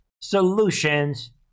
solutions